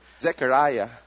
Zechariah